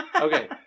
Okay